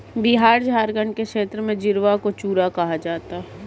बिहार झारखंड के क्षेत्र में चिड़वा को चूड़ा कहा जाता है